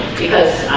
because